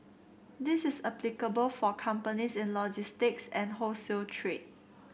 this is applicable for companies in logistics and wholesale trade